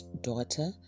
daughter